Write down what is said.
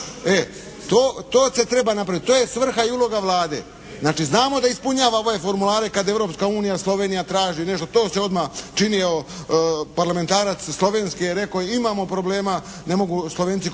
to, to se treba napraviti. To je svrha i uloga Vlade. Znači znamo da ispunjava formulare kad Europska unija, Slovenija traži nešto. To se odmah čini, parlamentarac slovenski je rekao: «Imamo problema. Ne mogu Slovenci kupovati